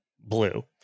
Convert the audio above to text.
blue